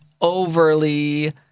overly